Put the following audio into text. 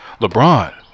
LeBron